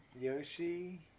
Yoshi